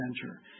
Center